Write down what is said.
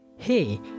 hey